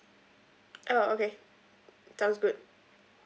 oh okay sounds good